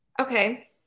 Okay